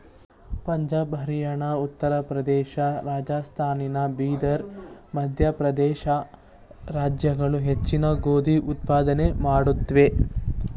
ಪಂಜಾಬ್ ಹರಿಯಾಣ ಉತ್ತರ ಪ್ರದೇಶ ರಾಜಸ್ಥಾನ ಬಿಹಾರ್ ಮಧ್ಯಪ್ರದೇಶ ರಾಜ್ಯಗಳು ಹೆಚ್ಚಿನ ಗೋಧಿ ಉತ್ಪಾದನೆ ಮಾಡುತ್ವೆ